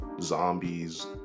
Zombies